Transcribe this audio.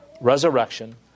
resurrection